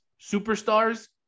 superstars